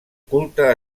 culte